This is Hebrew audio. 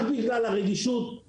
רק בגלל הרגישות,